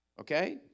Okay